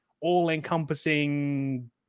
all-encompassing